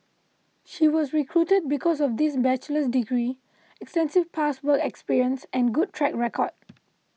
she was recruited because of this bachelor's degree extensive past work experience and good track record